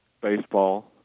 baseball